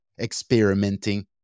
experimenting